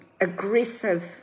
aggressive